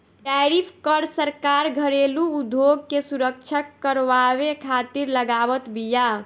tariff कर सरकार घरेलू उद्योग के सुरक्षा करवावे खातिर लगावत बिया